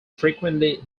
frequently